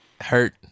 Hurt